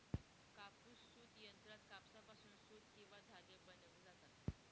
कापूस सूत यंत्रात कापसापासून सूत किंवा धागे बनविले जातात